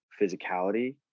physicality